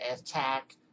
attack